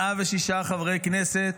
106 חברי כנסת,